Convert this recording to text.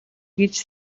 гэж